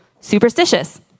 superstitious